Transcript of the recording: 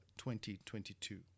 2022